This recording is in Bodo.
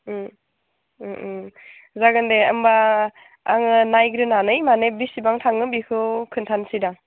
जागोन दे होनबा आङो नायग्रोनानै माने बेसेबां थाङो बेखौ खिन्थानोसै दा